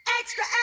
Extra